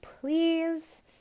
please